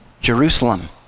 Jerusalem